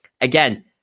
Again